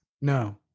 No